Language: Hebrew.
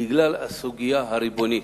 בגלל הסוגיה הריבונית.